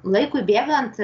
laikui bėgant